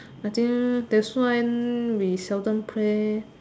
I think that's why we seldom play